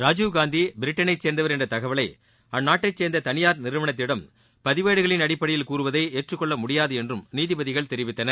ராகுல் காந்தி பிரிட்டனை சேர்ந்தவர் என்ற தகவலை அந்நாட்டைச் சேர்ந்த தனியார் நிறுவனத்திடம் பதிவேடுகளின் அடிப்படையில் கூறுவதை ஏற்றுக்கொள்ள முடியாது என்றும் நீதிபதிகள் தெரிவித்தனர்